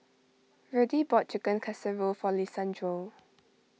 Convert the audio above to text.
Verdie bought Chicken Casserole for Lisandro